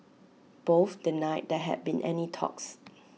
both denied there had been any talks